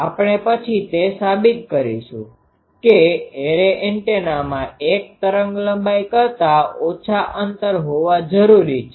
આપણે પછી તે સાબિત કરીશું કે એરે એન્ટેનામાં એક તરંગલંબાઈ કરતા ઓછા અંતર હોવા જરૂરી છે